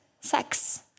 sex